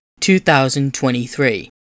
2023